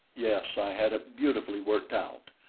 yes, i had it beautifully worked out,